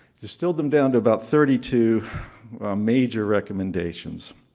distilled them down to about thirty two major recommendations.